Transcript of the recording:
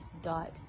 dot